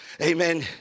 Amen